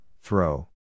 throw